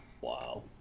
Wow